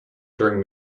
during